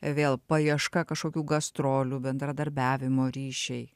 vėl paieška kažkokių gastrolių bendradarbiavimo ryšiai